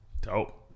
Dope